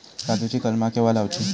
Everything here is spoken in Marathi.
काजुची कलमा केव्हा लावची?